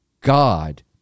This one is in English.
God